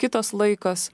kitas laikas